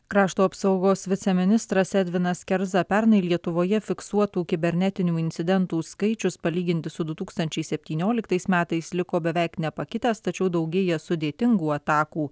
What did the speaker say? krašto apsaugos viceministras edvinas kerza pernai lietuvoje fiksuotų kibernetinių incidentų skaičius palyginti su du tūkstančiai septynioliktais metais liko beveik nepakitęs tačiau daugėja sudėtingų atakų